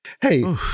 Hey